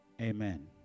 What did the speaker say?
Amen